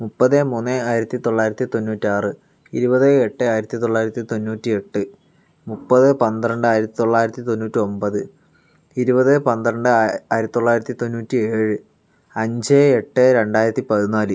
മൂപ്പത് മൂന്ന് ആയിരത്തി തൊള്ളായിരത്തി തൊണ്ണൂറ്റാറ് ഇരുപത് എട്ട് ആയിരത്തി തൊള്ളായിരത്തി തൊണ്ണൂറ്റി എട്ട് മുപ്പത് പന്ത്രണ്ട് ആയിരത്തി തൊള്ളായിരത്തി തൊണ്ണൂറ്റി ഒൻപത് ഇരുപത് പന്ത്രണ്ട് ആയിരത്തി തൊള്ളായിരത്തി തൊണ്ണൂറ്റി ഏഴ് അഞ്ച് എട്ട് രണ്ടായിരത്തി പതിനാല്